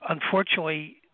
unfortunately